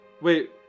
wait